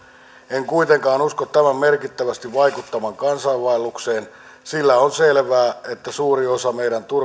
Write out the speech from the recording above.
en kuitenkaan usko tämän merkittävästi vaikuttavan kansainvaellukseen sillä on selvää että suuri osa meidän